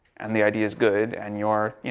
and the idea is good. and you're you